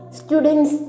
students